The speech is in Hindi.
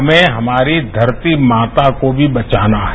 हमें हमारी धरती माता को भी बचाना है